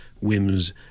whims